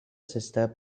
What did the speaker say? sister